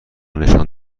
نشان